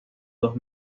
dos